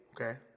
Okay